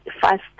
fast